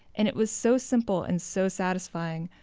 and it was so simple and so satisfying.